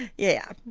yeah.